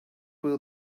will